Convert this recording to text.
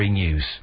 news